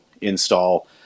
install